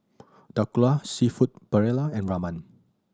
Dhokla Seafood Paella and Ramen